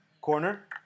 Corner